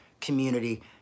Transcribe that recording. community